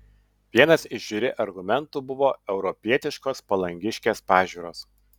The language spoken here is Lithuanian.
vienas iš žiuri argumentų buvo europietiškos palangiškės pažiūros